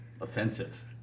offensive